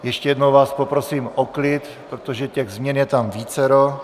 Ještě jednou vás poprosím o klid, protože těch změn je tam vícero.